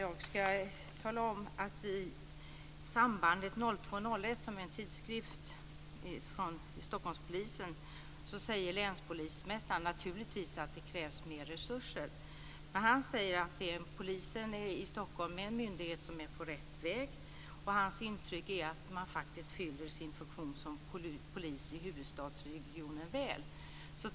Jag kan tala om att i Sambandet 0201, en tidskrift från Stockholmspolisen, säger länspolismästaren att det naturligtvis krävs mer resurser. Men han säger också att polisen i Stockholm är en myndighet som är på rätt väg, och hans intryck är att den faktiskt fyller sin funktion som polis i huvudstadsregionen väl.